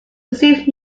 received